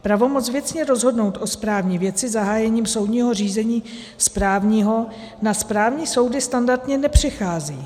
Pravomoc věcně rozhodnout o správní věci zahájením soudního řízení správního na správní soudy standardně nepřechází.